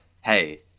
hey